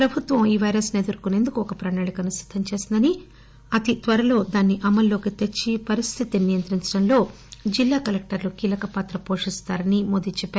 ప్రభుత్వం ఈ పైరస్ ఎదుర్కొనేందుకు ఒక ప్రణాళిక సిద్దం చేసిందనీ అతి త్వరలో దానిని అమల్లోకి తెచ్చి పరిస్థితిని నియంత్రించడంలో జిల్లా కలెక్టర్లు కీలక పాత్ర పోషిస్తారనీ మోదీ చెప్పారు